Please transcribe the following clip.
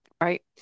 Right